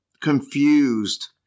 confused